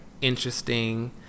Interesting